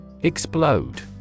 Explode